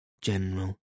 General